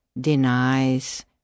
denies